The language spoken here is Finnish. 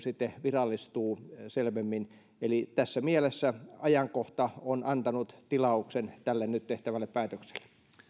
sitten virallistuu selvemmin eli tässä mielessä ajankohta on antanut tilauksen tälle nyt tehtävälle päätökselle